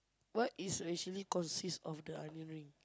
what is actually consist of the onion ring